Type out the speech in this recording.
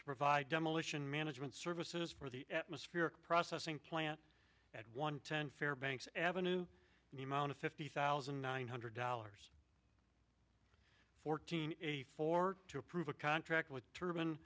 to provide demolition management services for the atmosphere processing plant at one ten fairbanks ave the amount of fifty thousand nine hundred dollars fourteen a four to approve a contract with a turban